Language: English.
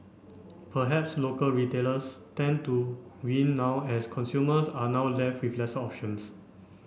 perhaps local retailers stand to win now as consumers are now left with lesser options